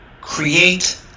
Create